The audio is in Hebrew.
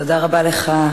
תודה רבה לך,